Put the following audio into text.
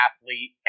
athlete